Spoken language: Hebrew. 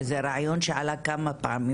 וזה רעיון שעלה כמה פעמים,